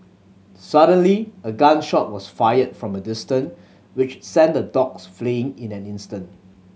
suddenly a gun shot was fired from a distance which sent the dogs fleeing in an instant